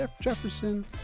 Jefferson